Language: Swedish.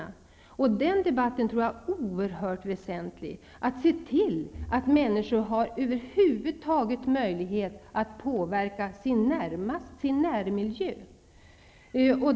Den debatten tror jag är oerhört väsentlig när det gäller att se till att människor över huvud taget har möjlighet att påverka sin närmiljö.